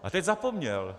A teď zapomněl.